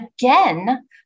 again